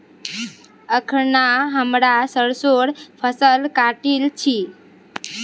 अखना हमरा सरसोंर फसल काटील छि